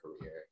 career